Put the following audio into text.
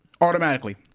Automatically